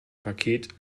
paket